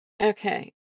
Okay